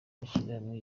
amashyirahamwe